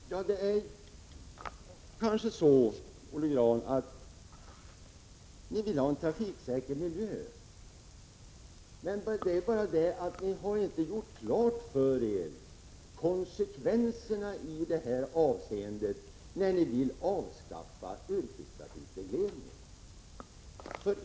Herr talman! Det är kanske så, Olle Grahn, att ni vill ha en trafiksäker miljö, men det är bara det att ni inte har gjort klart för er konsekvenserna i detta avseende när ni vill avskaffa yrkestrafikregleringen.